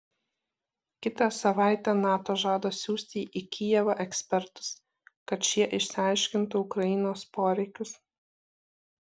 kitą savaitę nato žada siųsti į kijevą ekspertus kad šie išsiaiškintų ukrainos poreikius